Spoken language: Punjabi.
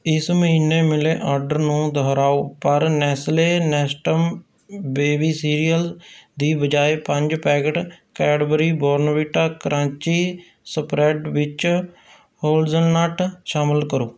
ਇਸ ਮਹੀਨੇ ਮਿਲੇ ਆਰਡਰ ਨੂੰ ਦੁਹਰਾਓ ਪਰ ਨੈਸਲੇ ਨੇਸਟਮ ਬੇਬੀ ਸੀਰੀਅਲ ਦੀ ਬਜਾਏ ਪੰਜ packet Cadbury Bournvita crunchy spread ਵਿੱਚ ਹੋਲਜ਼ਨਟ ਸ਼ਾਮਲ ਕਰੋ